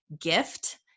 gift